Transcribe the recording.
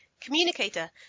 Communicator